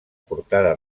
portada